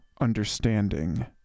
understanding